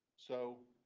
so